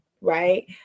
right